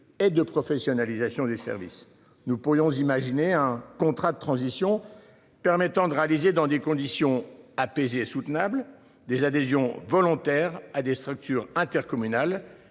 et de professionnalisation des services nous pourrions imaginer un contrat de transition permettant de réaliser dans des conditions apaisées soutenable des adhésions volontaires à des structures intercommunales.